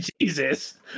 Jesus